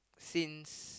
since